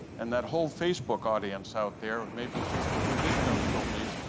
and that whole facebook audience out there of maybe people who didn't know schultes,